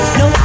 no